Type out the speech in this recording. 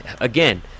again